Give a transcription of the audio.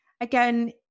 again